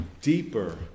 deeper